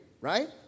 right